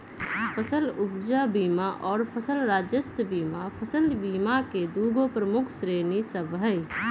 फसल उपजा बीमा आऽ फसल राजस्व बीमा फसल बीमा के दूगो प्रमुख श्रेणि सभ हइ